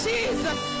Jesus